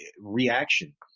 reaction